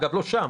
אגב, לא שם.